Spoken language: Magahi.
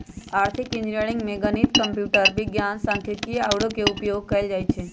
आर्थिक इंजीनियरिंग में गणित, कंप्यूटर विज्ञान, सांख्यिकी आउरो के उपयोग कएल जाइ छै